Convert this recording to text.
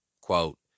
quote